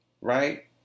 right